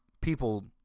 people